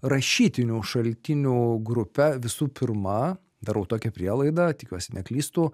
rašytinių šaltinių grupę visų pirma darau tokią prielaidą tikiuosi neklystu